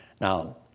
Now